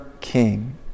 king